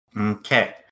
Okay